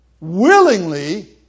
willingly